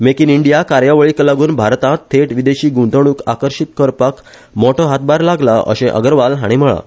make in India कार्यावळीक लागुन भारतात थेट विदेशी गुंतवणुक आकर्षित करपाक मोटो हातभार लागला अशे अगरवाल हाणी म्हळा